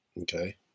Okay